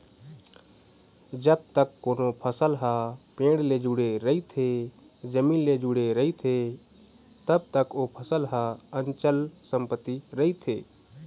जब तक कोनो फसल ह पेड़ ले जुड़े रहिथे, जमीन ले जुड़े रहिथे तब तक ओ फसल ह अंचल संपत्ति रहिथे